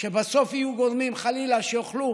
שבסוף יהיו, חלילה, גורמים שיוכלו